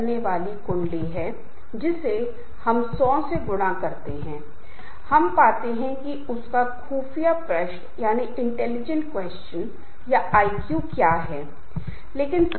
इसलिए 2 से 10 के छोटे समूह को अधिक प्रभावी माना जाता है क्योंकि प्रत्येक सदस्यों के पास समूह में भाग लेने और गतिविधि में संलग्न होने का पर्याप्त अवसर होता है